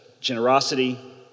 Generosity